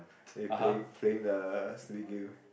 then you play playing the stupid game